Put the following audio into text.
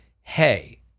hey